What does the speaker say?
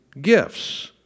gifts